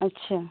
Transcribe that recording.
अच्छा